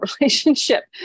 relationship